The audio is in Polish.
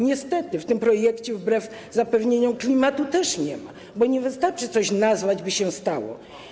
Niestety w tym projekcie wbrew zapewnieniom klimatu też nie ma, bo nie wystarczy coś nazwać, by się stało.